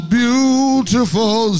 beautiful